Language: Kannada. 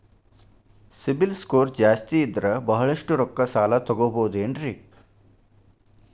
ಸಿಬಿಲ್ ಸ್ಕೋರ್ ಜಾಸ್ತಿ ಇದ್ರ ಬಹಳಷ್ಟು ರೊಕ್ಕ ಸಾಲ ತಗೋಬಹುದು ಏನ್ರಿ?